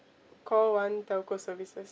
call one telco services